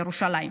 ירושלים.